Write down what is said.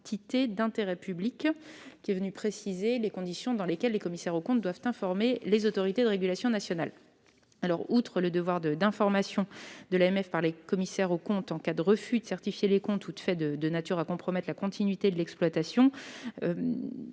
d'intérêt public est venu préciser les conditions dans lesquelles les commissaires aux comptes doivent informer les autorités de régulation nationales. Outre le devoir d'information de l'Autorité des marchés financiers (AMF) par les commissaires aux comptes, en cas de refus de certifier les comptes ou de faits de nature à compromettre la continuité de l'exploitation,